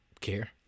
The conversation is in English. care